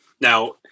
now